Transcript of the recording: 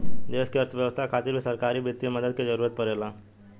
देश की अर्थव्यवस्था खातिर भी सरकारी वित्तीय मदद के जरूरत परेला